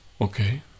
Okay